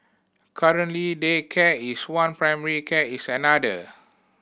currently daycare is one primary care is another